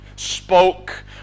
spoke